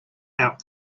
out